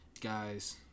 guys